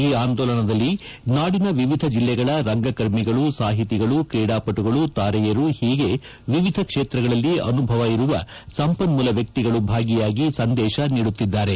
ಈ ಆಂದೋಲನದಲ್ಲಿ ನಾಡಿನ ವಿವಿಧ ಜಿಲ್ಲೆಗಳ ರಂಗಕರ್ಮಿಗಳು ಸಾಹಿತಿಗಳು ಕ್ರೀಡಾಪಟುಗಳು ತಾರೆಯರು ಹೀಗೆ ವಿವಿಧ ಕ್ಷೇತ್ರಗಳಲ್ಲಿ ಅನುಭವ ಇರುವ ಸಂಪನ್ಮೂಲ ವ್ಯಕ್ತಿಗಳು ಭಾಗಿಯಾಗಿ ಸಂದೇಶ ನೀಡುತ್ತಿದ್ದಾರೆ